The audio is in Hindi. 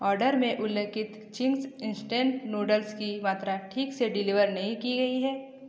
आर्डर में उल्लिखित चिंग्स इंस्टेंट नूडल्स की मात्रा ठीक से डिलीवर नहीं की गई है